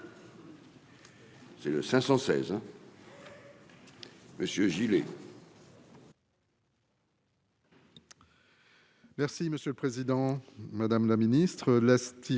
C'est le 516. Monsieur Gillet.